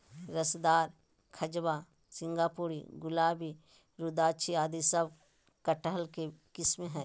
रसदार, खजवा, सिंगापुरी, गुलाबी, रुद्राक्षी आदि सब कटहल के किस्म हय